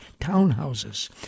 townhouses